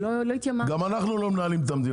גם אנחנו לא מנהלים את המדינה.